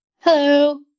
Hello